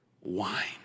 wine